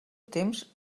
temps